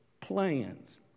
plans